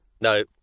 No